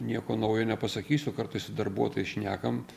nieko naujo nepasakysiu kartais su darbuotojais šnekam